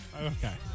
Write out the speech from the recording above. Okay